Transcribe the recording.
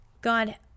God